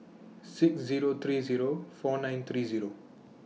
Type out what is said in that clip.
six Zero three Zero four nine three Zero